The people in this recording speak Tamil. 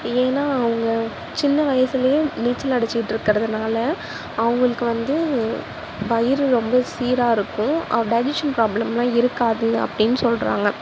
ஏன்னால் அவங்க சின்ன வயதுலையே நீச்சல் அடித்துட்டு இருக்கிறதினால அவங்களுக்கு வந்து வயிறு ரொம்ப சீராக இருக்கும் அப் டைஜிஷன் ப்ராப்ளம்லாம் இருக்காது அப்படின்னு சொல்கிறாங்க